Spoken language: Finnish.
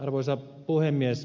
arvoisa puhemies